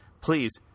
Please